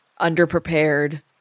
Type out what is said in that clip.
underprepared